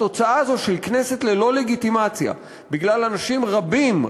התוצאה הזאת של כנסת ללא לגיטימציה בגלל אנשים רבים,